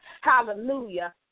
Hallelujah